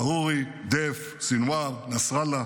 עארורי, דף, סנוואר, נסראללה